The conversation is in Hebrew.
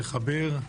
לחבר,